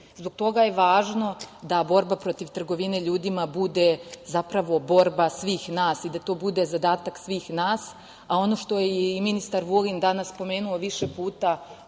toga je važno da borba protiv trgovine ljudima bude zapravo borba svih nas i da to bude zadatak svih nas, a ono što je i ministar Vulin danas pomenuo više puta,